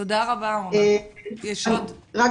אנחנו